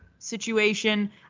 Situation